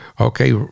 okay